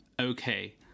okay